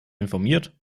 informiert